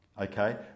Okay